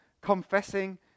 Confessing